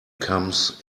comes